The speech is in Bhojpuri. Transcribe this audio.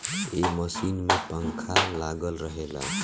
ए मशीन में पंखा लागल रहेला